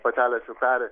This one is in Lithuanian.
patelės jau peri